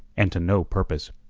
and to no purpose.